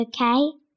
Okay